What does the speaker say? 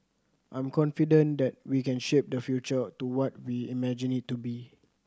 I'm confident that we can shape the future to what we imagine it to be